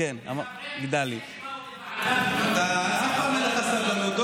לחברי הכנסת, אין לך סבלנות.